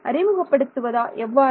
அறிமுகப்படுத்துவதா எவ்வாறு